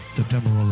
September